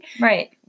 Right